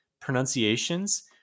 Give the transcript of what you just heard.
pronunciations